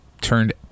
turned